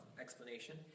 explanation